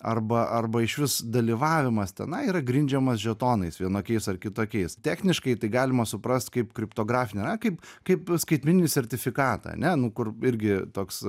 arba arba išvis dalyvavimas tenai yra grindžiamas žetonais vienokiais ar kitokiais techniškai tai galima suprast kaip kriptografinę a kaip kaip skaitmeninį sertifikatą ane nu kur irgi toks